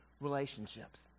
relationships